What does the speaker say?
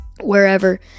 wherever